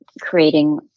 creating